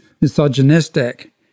misogynistic